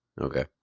okay